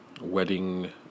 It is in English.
wedding